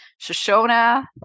Shoshona